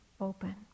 open